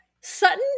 Sutton